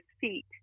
feet